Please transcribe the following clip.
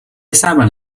saben